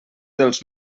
dels